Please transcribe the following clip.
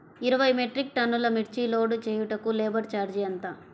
ఇరవై మెట్రిక్ టన్నులు మిర్చి లోడ్ చేయుటకు లేబర్ ఛార్జ్ ఎంత?